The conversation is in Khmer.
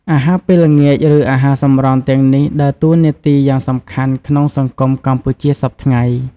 អាហារពេលល្ងាច ឬអាហារសម្រន់ទាំងនេះ ដើរតួនាទីយ៉ាងសំខាន់ក្នុងសង្គមកម្ពុជាសព្វថ្ងៃ។